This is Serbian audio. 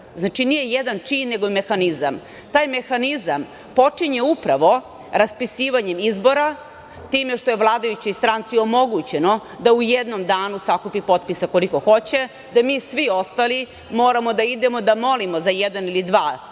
Znači, nije jedan čin, nego je mehanizam. Taj mehanizam počinje upravo raspisivanjem izbora, a time što je vladajućoj stranci omogućeno da u jednom danu sakupi potpisa koliko hoće, da mi svi ostali moramo da idemo da molimo za jedan ili dva dana